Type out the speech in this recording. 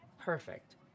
Perfect